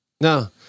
No